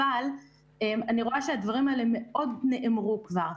אבל אני רואה שהדברים האלה מאוד נאמרו כבר.